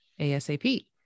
ASAP